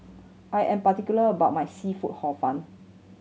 I am particular about my seafood Hor Fun